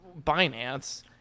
Binance